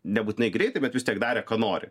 nebūtinai greitai bet vis tiek darę ką nori